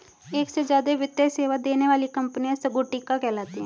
एक से ज्यादा वित्तीय सेवा देने वाली कंपनियां संगुटिका कहलाती हैं